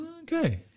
Okay